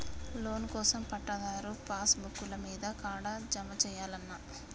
Loan కోసం పట్టాదారు passbook లు మీ కాడా జమ చేయల్నా?